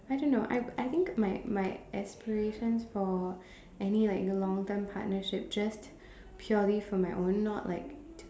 I don't know I I think my my explanation for any like long term partnership just purely from my own not like